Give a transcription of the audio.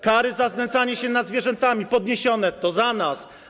Kary za znęcanie się nad zwierzętami podniesione - to za nas.